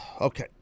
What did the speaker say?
Okay